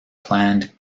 planned